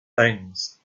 things